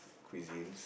cuisines